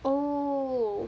oh